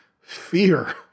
fear